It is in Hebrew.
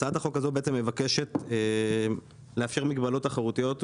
הצעת החוק שלפנינו מבקשת לאפשר מגבלות תחרותיות,